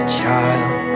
child